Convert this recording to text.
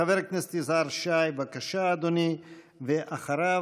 חבר כנסת יזהר שי, בבקשה, אדוני, ואחריו,